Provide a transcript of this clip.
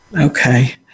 Okay